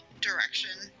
direction